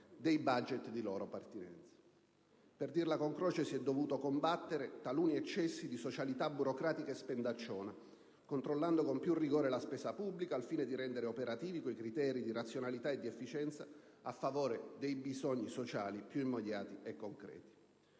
dei *budget* di loro pertinenza. Per dirla con Croce, si è dovuto combattere «taluni eccessi di socialità burocratica e spendacciona», controllando con più rigore la spesa pubblica, al fine di rendere operativi quei criteri di razionalità e di efficienza a favore dei bisogni sociali più immediati e concreti.